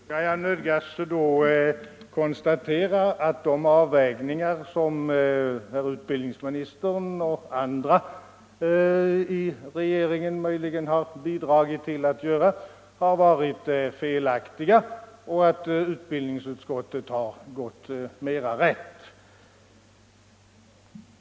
Herr talman! Jag nödgas då konstatera att de avvägningar som herr 57 utbildningsministern och möjligen andra i regeringen har bidragit till att göra har varit felaktiga och att utbildningsutskottet har gått mera rätt.